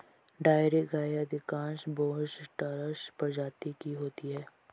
dairy गायें अधिकांश Bos taurus प्रजाति की होती हैं